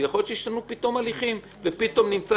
ויכול להיות שפתאום ישנו הליכים ופתאום נמצא